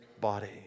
body